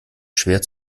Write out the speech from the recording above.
schwer